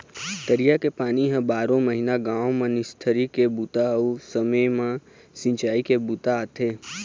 तरिया के पानी ह बारो महिना गाँव म निस्तारी के बूता अउ समे म सिंचई के बूता आथे